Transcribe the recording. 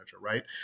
right